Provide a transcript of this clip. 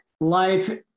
life